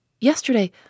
Yesterday